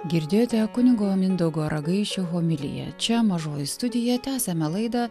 girdėjote kunigo mindaugo ragaišio homiliją čia mažoji studija tęsiame laidą